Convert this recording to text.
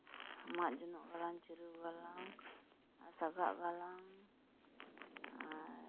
ᱢᱟᱫ ᱡᱚᱱᱚᱜ ᱜᱟᱞᱟᱝ ᱪᱤᱨᱩ ᱜᱟᱞᱟᱝ ᱟᱨ ᱥᱟᱜᱟᱫ ᱜᱟᱞᱟᱝ ᱟᱨ